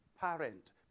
parent